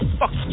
fuck